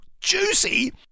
Juicy